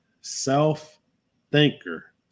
self-thinker